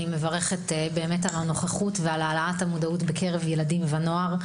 אני מברכת על הנוכחות ועל העלאת המודעות בקרב ילדים ונוער,